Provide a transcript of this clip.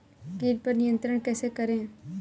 कीट पर नियंत्रण कैसे करें?